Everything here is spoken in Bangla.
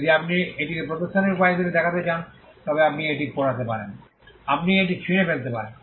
যদি আপনি এটিকে প্রদর্শনের উপায় হিসাবে দেখাতে চান তবে আপনি এটি পোড়াতে পারেন আপনি এটি ছিঁড়ে ফেলতে পারেন